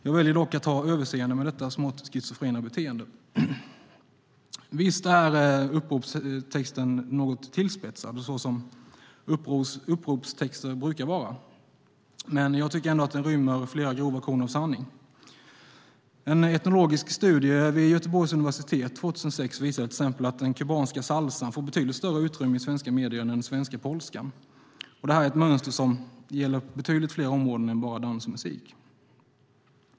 Jag väljer dock att ha överseende med detta smått schizofrena beteende. Visst är uppropstexten något tillspetsad såsom uppropstexter brukar vara, men jag tycker ändå att den rymmer flera grova korn av sanning. En etnologisk studie vid Göteborgs universitet 2006 visade till exempel att den kubanska salsan får betydligt större utrymme i svenska medier än den svenska polskan. Detta är ett mönster som gäller betydligt fler områden än bara dans och musik.